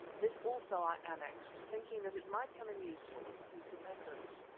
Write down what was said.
this also i annexed, thinking that it might come in useful as a piece of evidence.